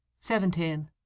Seventeen